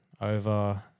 over